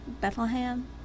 Bethlehem